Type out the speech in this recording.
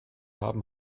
haben